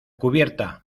cubierta